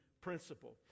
principle